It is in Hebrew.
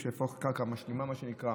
יש קרקע משלימה מה שנקרא,